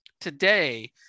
today